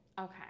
Okay